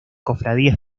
cofradía